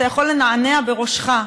אתה יכול לנענע בראשך,